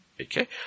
Okay